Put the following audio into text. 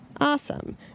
awesome